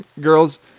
girls